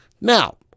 Now